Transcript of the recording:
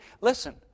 Listen